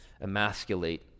emasculate